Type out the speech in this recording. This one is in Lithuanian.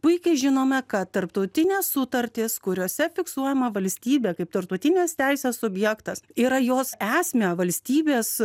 puikiai žinome kad tarptautinės sutartys kuriose fiksuojama valstybė kaip tarptautinės teisės subjektas yra jos esmę valstybės